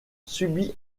subit